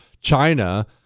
China